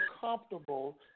comfortable